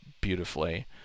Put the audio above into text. beautifully